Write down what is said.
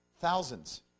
Thousands